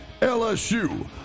LSU